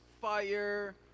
fire